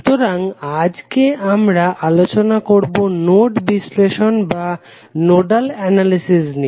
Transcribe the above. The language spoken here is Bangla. সুতরাং আজকে আমরা আলোচনা করবো নোড বিশ্লেষণ নিয়ে